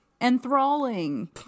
Enthralling